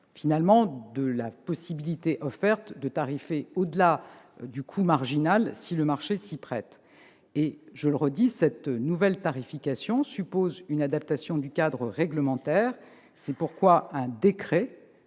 compte de la possibilité offerte de tarifer au-delà du coût marginal si le marché s'y prête. Cette nouvelle tarification suppose une adaptation du cadre réglementaire. C'est pourquoi un décret